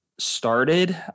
Started